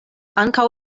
ankaŭ